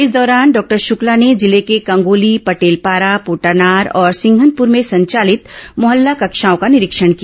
इस दौरान डॉक्टर शुक्ला ने जिले के कंगोली पटेलपारा पोटानार और सिंघनपुर में संचालित मोहल्ला कक्षाओं का निरीक्षण किया